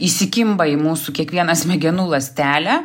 įsikimba į mūsų kiekvieną smegenų ląstelę